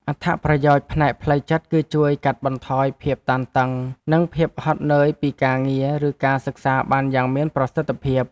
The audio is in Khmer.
អត្ថប្រយោជន៍ផ្នែកផ្លូវចិត្តគឺជួយកាត់បន្ថយភាពតានតឹង និងភាពហត់នឿយពីការងារ ឬការសិក្សាបានយ៉ាងមានប្រសិទ្ធភាព។